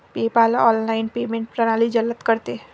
PayPal online payment प्रणाली जलद करते